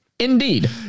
Indeed